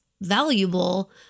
valuable